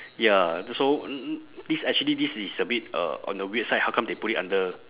ya so this actually this is a bit uh on the weird side how come they put it under